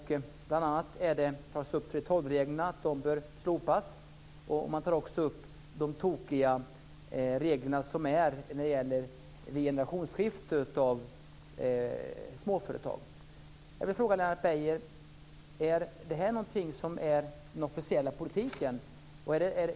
Bl.a. tas det upp att 3:12 reglerna bör slopas, och man tar också upp de tokiga regler som gäller vid generationsskifte i småföretag. Är det här den officiella politiken, Lennart Beijer?